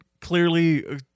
clearly